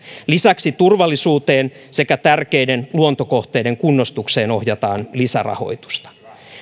lisäksi turvallisuuteen sekä tärkeiden luontokohteiden kunnostukseen ohjataan lisärahoitusta